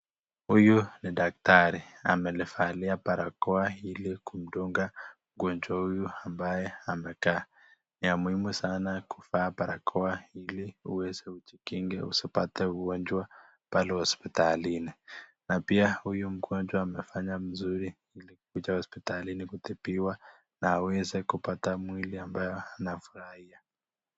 Huyu ni daktari amelivalia barakoa hili kumdunga mgonjwa huyu ambaye amekaa. Ni ya muhimu sana kuvaa barakoa ili uweze ujikinge usipate ugonjwa pale hospitalini na pia huyu mgonjwa amefanya mzuri kuja hospitalini kutibiwa na aweze kupata mwili ambayo anafurahia.